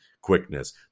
quickness